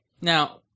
Now